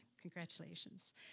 Congratulations